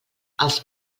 els